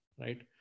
right